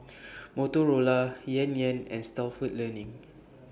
Motorola Yan Yan and Stalford Learning